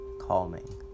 calming